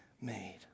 made